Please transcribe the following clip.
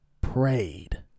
prayed